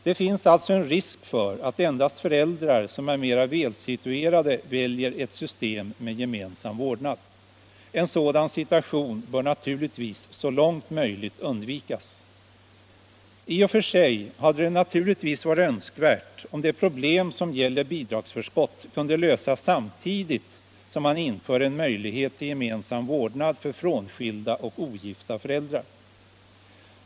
Det finns alltså en risk för att endast föräldrar som är mer välsituerade väljer ett system med gemensam vårdnad. En sådan situation bör naturligtvis så långt möjligt undvikas. I och för sig hade det naturligtvis varit önskvärt om de problem som gäller bidragsförskott kunnat lösas samtidigt som man inför en möjlighet till gemensam vårdnad för frånskilda och ogifta föräldrar.